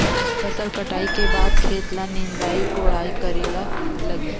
फसल कटाई के बाद खेत ल निंदाई कोडाई करेला लगही?